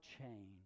change